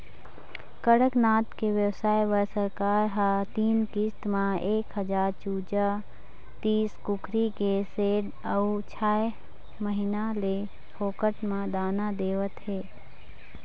कड़कनाथ के बेवसाय बर सरकार ह तीन किस्त म एक हजार चूजा, तीस कुकरी के सेड अउ छय महीना ले फोकट म दाना देवत हे